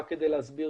רק כדי להסביר,